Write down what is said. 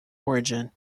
origin